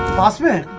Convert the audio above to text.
maastricht